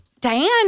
Diane